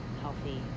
healthy